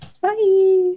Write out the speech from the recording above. Bye